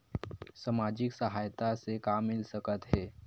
सामाजिक सहायता से का मिल सकत हे?